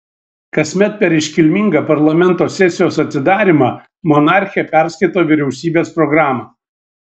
kasmet per iškilmingą parlamento sesijos atidarymą monarchė perskaito vyriausybės programą